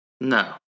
No